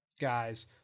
guys